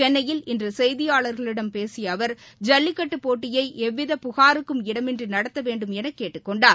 சென்னையில் இன்று செய்தியாளர்களிடம் பேசிய அவர் ஜல்லிக்கட்டுப் போட்டியை எவ்வித புகாருக்கும் இடமின்றி நடத்த வேண்டும் என கேட்டுக்கொண்டார்